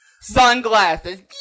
Sunglasses